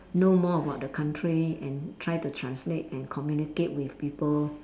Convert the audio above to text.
know more about the country and try to translate and communicate with people